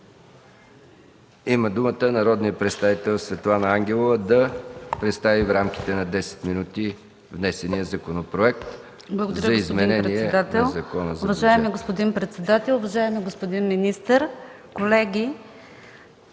Има думата народният представител Светлана Ангелова да представи в рамките на 10 минути внесения Законопроект за изменение на Закона за бюджета